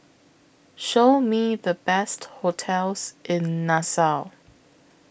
Show Me The Best hotels in Nassau